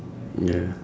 ya